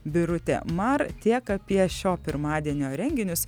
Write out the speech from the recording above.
birutė mar tiek apie šio pirmadienio renginius